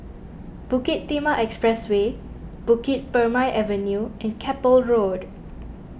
Bukit Timah Expressway Bukit Purmei Avenue and Keppel Road